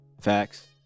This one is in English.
Facts